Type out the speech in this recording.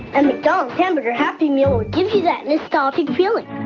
and mcdonald's hamburger happy meal will give you that nostalgic feeling